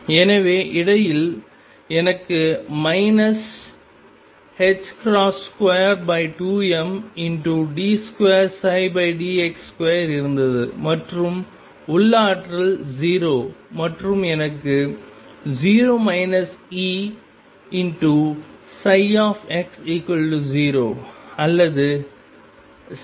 எனவே இடையில் எனக்கு மைனஸ் 22md2dx2 இருந்தது மற்றும் உள்ளாற்றல் 0 மற்றும் எனக்கு 0 Ex0 அல்லது 2m2Eψ0 உள்ளது